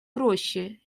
проще